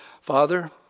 Father